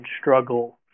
struggle